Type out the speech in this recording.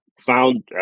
found